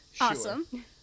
awesome